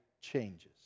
changes